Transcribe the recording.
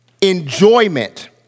enjoyment